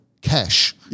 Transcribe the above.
cash